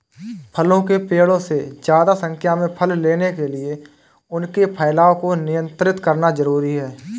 फलों के पेड़ों से ज्यादा संख्या में फल लेने के लिए उनके फैलाव को नयन्त्रित करना जरुरी है